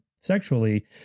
sexually